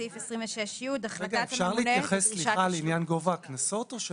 אפשר להתייחס לעניין גובה הקנסות?